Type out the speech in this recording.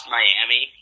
Miami